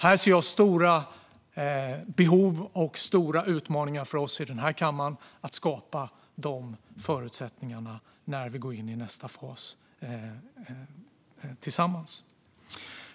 Här ser jag stora behov och stora utmaningar för oss i denna kammare när det gäller att skapa de förutsättningarna när vi går in i nästa fas tillsammans.